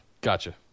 Gotcha